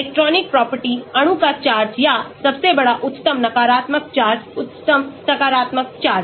electronic property अणु का charge या सबसे बड़ा उच्चतम नकारात्मक चार्ज उच्चतम सकारात्मक चार्ज